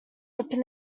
open